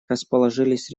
расположились